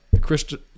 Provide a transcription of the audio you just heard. Christian